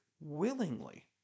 willingly